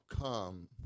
come